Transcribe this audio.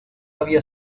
había